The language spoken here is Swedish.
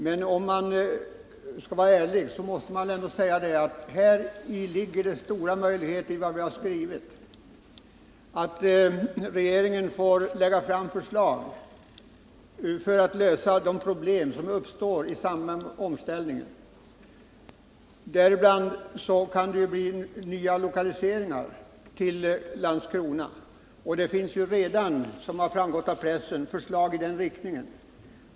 Men om man skall vara ärlig, måste man medge att det ligger stora möjligheter i att utskottet har skrivit att regeringen får lägga fram förslag för att lösa de problem som uppstår i samband med omställningen. Däribland kan det bli fråga om nylokaliseringar till Landskrona. Det finns redan, som framgått av pressen, förslag i den riktningen.